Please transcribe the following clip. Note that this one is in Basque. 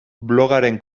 blogaren